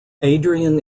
adrian